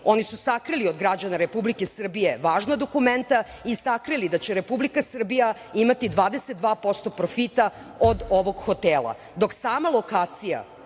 oni su sakrili od građana Srbije važna dokumenta i sakrili da će Republika Srbija imati 22% profita od ovog hotela, dok sama lokacija